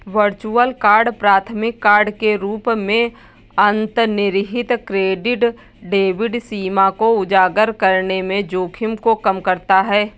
virtual card प्राथमिक card के रूप में अंतर्निहित क्रेडिट डेबिट सीमा को उजागर करने के जोखिम को कम करता है